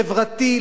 חברתי,